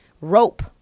rope